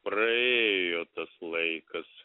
praėjo tas laikas